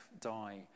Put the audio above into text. die